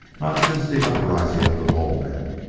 not since the uprising of the mole-men,